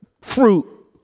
fruit